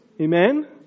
Amen